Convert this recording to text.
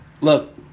Look